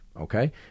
Okay